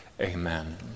Amen